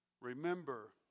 Remember